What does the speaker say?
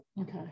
okay